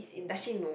does she know